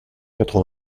quatre